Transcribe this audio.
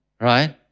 right